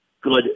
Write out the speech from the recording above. good